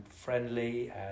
friendly